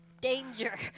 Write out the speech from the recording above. Danger